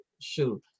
shoot